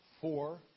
four